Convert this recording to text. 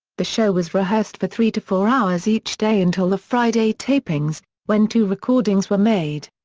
the show was rehearsed for three to four hours each day until the friday tapings, when two recordings were made.